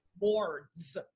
Boards